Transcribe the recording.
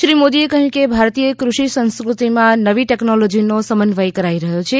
શ્રી મોદીએ કહ્યું કે ભારતીય કૃષિ સંસ્કૃતિમાં નવી ટેકનોલોજીનો સમન્વય કરાઇ રહ્યો છે